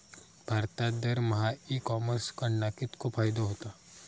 भारतात दरमहा e commerce कडणा कितको फायदो होता?